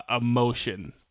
emotion